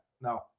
no